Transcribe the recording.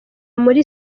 muri